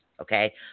Okay